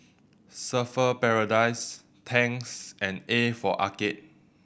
Surfer's Paradise Tangs and A for Arcade